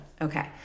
Okay